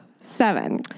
Seven